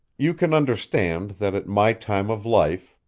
you can understand that at my time of life,